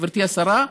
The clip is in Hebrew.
גברתי השרה,